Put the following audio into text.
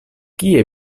kie